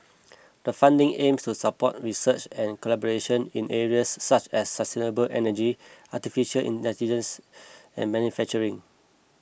the funding aims to support research and collaboration in areas such as sustainable energy Artificial Intelligence and manufacturing